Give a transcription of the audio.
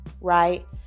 right